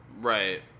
right